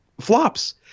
flops